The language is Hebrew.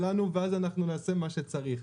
ואז אנחנו נעשה מה שצריך.